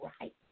right